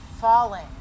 falling